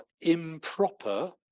improper